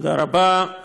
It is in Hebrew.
תודה רבה.